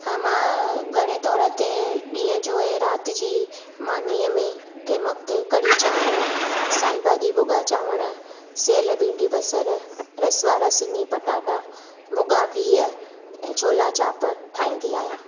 त मां घणे तौरु ते ॾींहं जो ऐं राति जी मानीअ में कंहिं वक़्तु कढ़ी चांवरु साई भाॼी भुॻा चांवरु सेयल भिंडी बसरु रस वारा सिङी पटाटा भुॻा बिह छोला चाप ठाहींदी आहियां